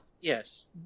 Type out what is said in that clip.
yes